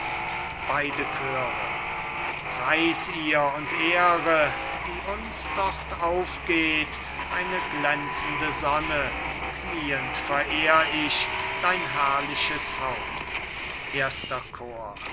beide chöre cajetan preis ihr und ehre die uns dort aufgeht eine glänzende sonne knieend verehr ich dein herrliches haupt erster chor